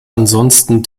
ansonsten